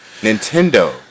Nintendo